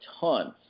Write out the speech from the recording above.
tons